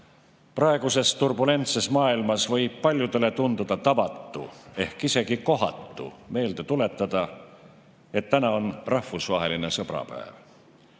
Praeguses turbulentses maailmas võib paljudele tunduda tavatu, ehk isegi kohatu meelde tuletada, et täna on rahvusvaheline sõbrapäev.